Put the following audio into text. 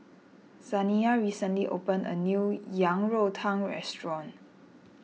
Zaniyah recently opened a new Yang Rou Tang restaurant